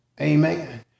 Amen